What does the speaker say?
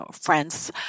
friends